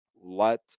Let